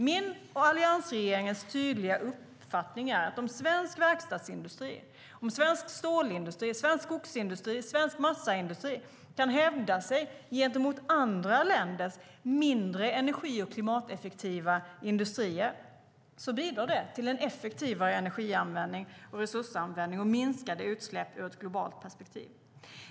Min och alliansregeringens tydliga uppfattning är att om svensk verkstadsindustri, svensk stålindustri, svensk skogsindustri och svensk massaindustri kan hävda sig gentemot andra länders mindre energi och klimateffektiva industrier bidrar det till effektivare energianvändning och resursanvändning och till minskade utsläpp ur ett globalt perspektiv.